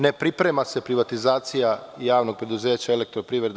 Ne priprema se privatizacija javnog preduzeća EPS.